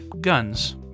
guns